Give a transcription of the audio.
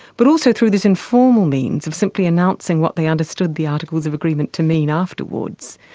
but also through this informal means of simply announcing what they understood the articles of agreement to mean afterwards,